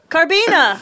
Carbina